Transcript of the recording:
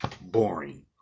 Boring